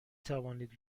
توانید